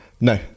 No